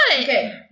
Okay